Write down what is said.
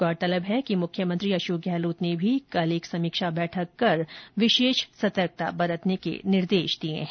गौरतलब है कि मुख्यमंत्री ने भी कल एक समीक्षा बैठक कर विशेष सतर्कता बरतने के निर्देश दिए हैं